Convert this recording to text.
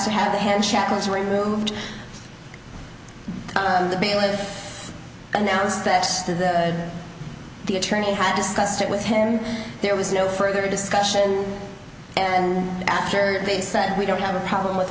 to have the hand shackles removed the bailiff announced that the attorney had discussed it with him there was no further discussion and after they said we don't have a problem with